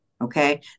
Okay